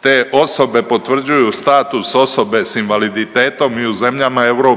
te osobe potvrđuju status osobe s invaliditetom i u zemljama EU.